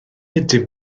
ydym